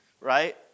right